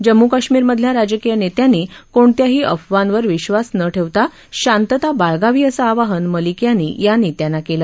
जम्मू काश्मीरमधल्या राजकीय नेत्यांनी कोणत्याही अफवांवर विश्वास न ठेवता शांतता बाळगावी असं आवाहन मलिक यांनी या नेत्यांना केलं